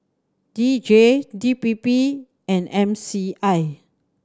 D J D P P and M C I